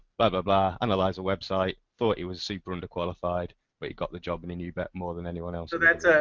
but blah analyzed the website. thought he was super under qualified but he got the job when he knew but more than anyone else. so that's a,